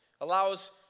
allows